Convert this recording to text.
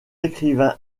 écrivains